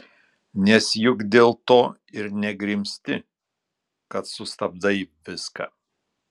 nes juk dėl to ir negrimzti kad sustabdai viską